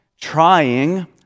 trying